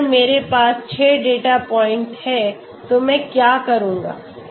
तो अगर मेरे पास 6 डेटा पॉइंट हैं तो मैं क्या करूंगा